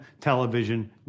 television